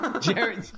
Jerry